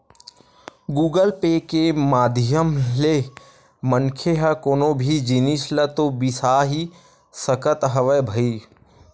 Google Pay के माधियम ले मनखे ह कोनो भी जिनिस ल तो बिसा ही सकत हवय भई